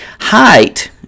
Height